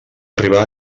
arribar